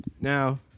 now